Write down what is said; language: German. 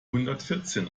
hundertvierzehn